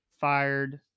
fired